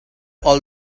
all